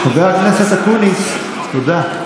חברת הכנסת אקוניס, תודה.